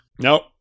Nope